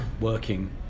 working